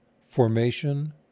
formation